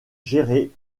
gérés